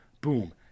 Boom